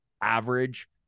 average